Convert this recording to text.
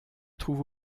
trouve